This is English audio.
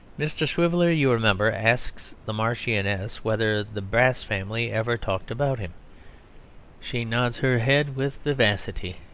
mr. swiveller, you remember, asks the marchioness whether the brass family ever talk about him she nods her head with vivacity.